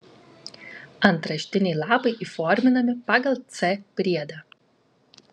antraštiniai lapai įforminami pagal c priedą